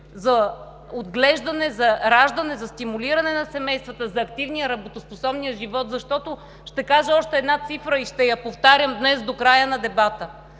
за отглеждане, за раждане, за стимулиране на семействата за активния и работоспособния живот, защото, ще кажа още една цифра и ще я повтарям днес до края на дебата